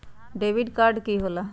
Debit card की होला?